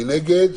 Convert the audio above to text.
מי נגד?